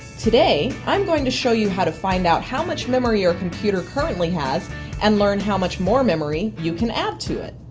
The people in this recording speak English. today, i am going to show you how to find out how much memory your computer currently has and learn how much more memory you can add to it.